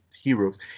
heroes